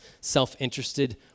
self-interested